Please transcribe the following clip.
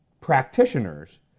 practitioners